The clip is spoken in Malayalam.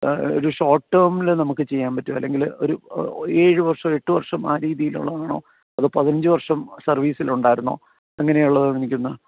ഒരു ഷോട്ട് ടേമിൽ നമുക്ക് ചെയ്യാൻ പറ്റുമോ അല്ലെങ്കിൽ ഒരു എഴു വർഷം എട്ട് വർഷം ആ രീതിയിലുള്ളതാണോ അതോ പതിനഞ്ച് വർഷം സർവീസിൽ ഉണ്ടായിരുന്നോ എങ്ങനെയാ ഉള്ളത് എനിക്കൊന്ന്